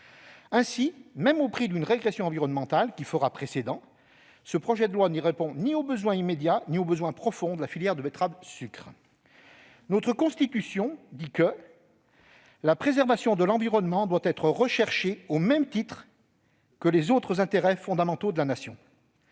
Ainsi, même au prix d'une régression environnementale qui fera précédent, ce projet de loi ne répond ni aux besoins immédiats ni aux besoins profonds de la filière betterave-sucre. La Constitution prévoit que « la préservation de l'environnement doit être recherchée au même titre que les autres intérêts fondamentaux de la Nation